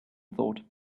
thought